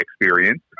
experience